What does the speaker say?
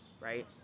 right